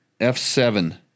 F7